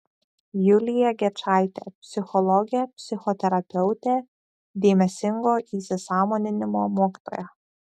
julija gečaitė psichologė psichoterapeutė dėmesingo įsisąmoninimo mokytoja